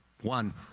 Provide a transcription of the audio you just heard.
One